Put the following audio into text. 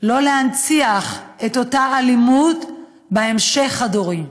לא להנציח את אותה אלימות בהמשך הדורי.